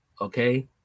Okay